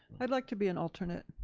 i'd like to be an alternate.